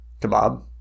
Kebab